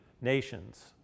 nations